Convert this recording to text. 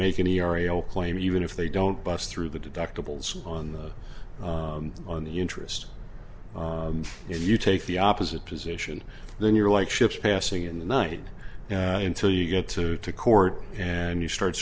make any aureole claim even if they don't bust through the deductibles on the on the interest if you take the opposite position then you're like ships passing in the united in till you get to to court and you start